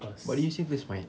but do you still play smite